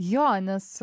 jo nes